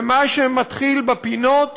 ומה שמתחיל בפינות